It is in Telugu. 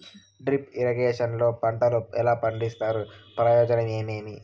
డ్రిప్ ఇరిగేషన్ లో పంటలు ఎలా పండిస్తారు ప్రయోజనం ఏమేమి?